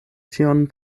tion